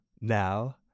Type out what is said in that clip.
now